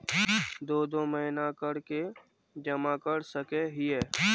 दो दो महीना कर के जमा कर सके हिये?